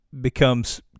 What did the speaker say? becomes